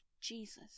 Jesus